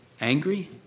angry